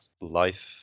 life